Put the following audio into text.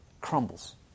Crumbles